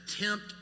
attempt